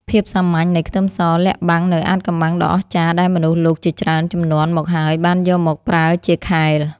ភាពសាមញ្ញនៃខ្ទឹមសលាក់បាំងនូវអាថ៌កំបាំងដ៏អស្ចារ្យដែលមនុស្សលោកជាច្រើនជំនាន់មកហើយបានយកមកប្រើជាខែល។